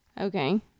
Okay